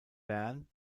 bern